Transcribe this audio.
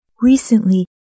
Recently